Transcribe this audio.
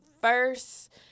first